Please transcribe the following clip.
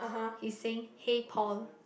he's saying hey Paul